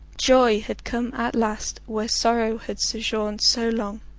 joy had come at last where sorrow had sojourned so long,